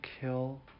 kill